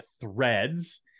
threads